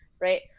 right